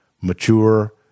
mature